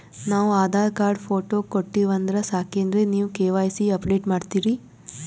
ನಾವು Aadhaar card, photo ಕೊಟ್ಟೀವಂದ್ರ ಸಾಕೇನ್ರಿ ನೀವ ಕೆ.ವೈ.ಸಿ ಅಪಡೇಟ ಮಾಡ್ತೀರಿ?